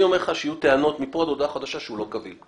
אני אומר לך שיהיו טענות מפה עד הודעה חדשה שהוא לא כביל.